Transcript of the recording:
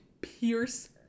Pierce